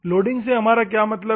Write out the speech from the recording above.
loading से हमारा क्या मतलब है